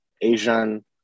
Asian